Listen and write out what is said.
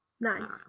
Nice